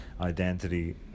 identity